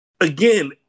again